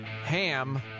Ham